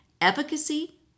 Efficacy